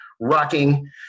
rocking